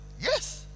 Yes